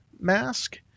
mask